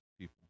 people